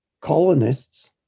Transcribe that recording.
colonists